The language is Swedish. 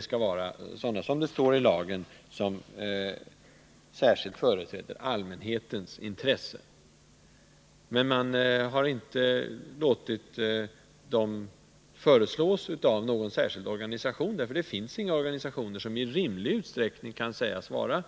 skall vara de som, det står i lagen, särskilt företräder allmänhetens intressen. Men man har inte låtit dem föreslås av någon särskild organisation, därför att det inte finns några organisationer som i rimlig utsträckning kan sägas vara